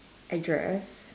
address